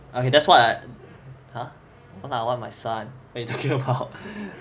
err okay that's what I~ ha no lah what my son what you talking about